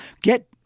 get